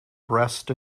breast